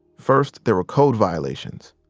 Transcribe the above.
first, there were code violations.